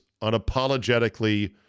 unapologetically